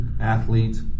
athletes